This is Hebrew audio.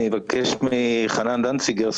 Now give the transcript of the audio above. אבקש מחנן דנציגר,